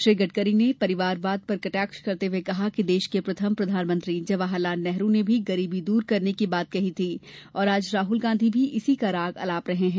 श्री गड़करी ने परिवारवाद पर कटाक्ष करते हुए कहा कि देश के प्रथम प्रधानमंत्री जवाहरलाल नेहरू ने भी गरीबी दूर करने की बात कही थी और आज राहुल गांधी भी इसी का राग अलाप रहे हैं